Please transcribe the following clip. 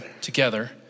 together